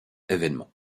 événements